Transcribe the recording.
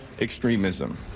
extremism